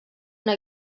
una